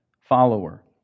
follower